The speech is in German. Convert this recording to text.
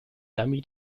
dummy